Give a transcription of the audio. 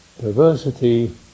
diversity